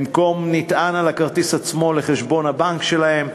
במקום כרטיס נטען, על הכרטיס, לחשבון הבנק שלהם.